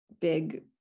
big